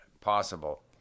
possible